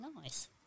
Nice